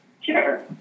Sure